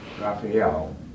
Raphael